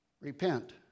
Repent